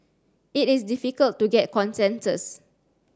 it is difficult to get consensus